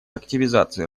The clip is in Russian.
активизации